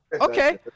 okay